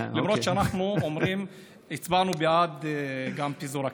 למרות שאנחנו הצבענו בעד פיזור הכנסת.